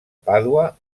pàdua